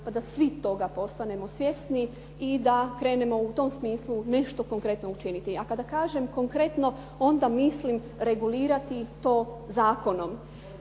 pa da svi toga postanemo svjesni i da krenemo u tom smislu nešto konkretno učiniti. A kada kažem konkretno onda mislim regulirati to zakonom.